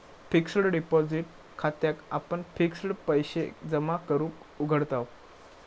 fixed deposit खात्याक आपण fixed पैशे जमा करूक उघडताव